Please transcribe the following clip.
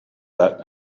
that